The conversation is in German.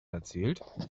erzählt